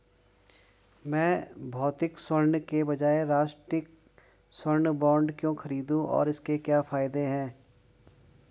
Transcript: मैं भौतिक स्वर्ण के बजाय राष्ट्रिक स्वर्ण बॉन्ड क्यों खरीदूं और इसके क्या फायदे हैं?